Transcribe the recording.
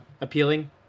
appealing